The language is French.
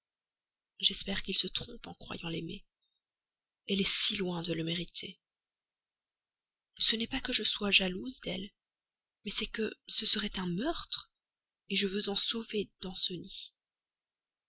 j'espère qu'il se trompe en croyant l'aimer elle est si loin de le mériter ce n'est pas que je sois jalouse d'elle mais c'est que ce serait un meurtre je veux en sauver danceny je